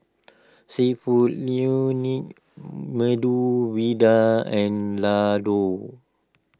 Seafood Medu Vada and Ladoo